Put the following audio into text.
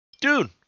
dude